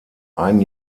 ein